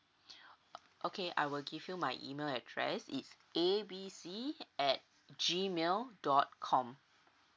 o~ okay I will give you my email address it's A B C at G mail dot com